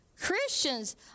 Christians